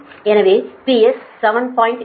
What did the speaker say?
எனவே PS 7